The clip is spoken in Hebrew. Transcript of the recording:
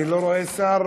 אני לא רואה שר.